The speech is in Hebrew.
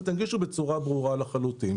ותנגישו בצורה ברורה לחלוטין.